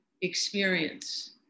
experience